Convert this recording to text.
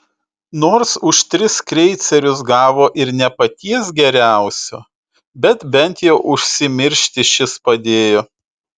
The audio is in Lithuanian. nors už tris kreicerius gavo ir ne paties geriausio bet bent jau užsimiršti šis padėjo